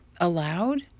allowed